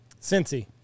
Cincy